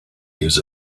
use